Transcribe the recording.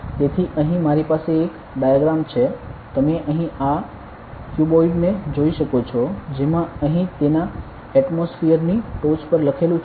તેથી અહીં મારી પાસે એક ડાયાગ્રામ છે તમે અહીં આ ક્યુબોઇડ ને જોઈ શકો છો જેમાં અહીં તેના એટમોસફીયરની ટોચ પર લેખેલું છે